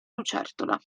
lucertola